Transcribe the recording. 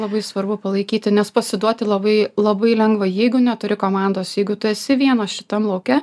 labai svarbu palaikyti nes pasiduoti labai labai lengva jeigu neturi komandos jeigu tu esi vienas šitam lauke